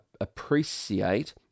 appreciate